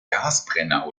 gasbrenner